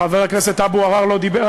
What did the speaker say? חבר הכנסת אבו עראר לא דיבר,